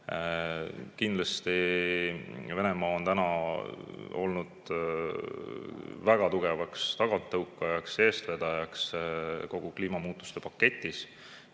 Kindlasti on Venemaa olnud väga tugevaks taganttõukajaks ja eestvedajaks kogu kliimamuutuste paketis